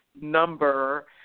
number